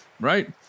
Right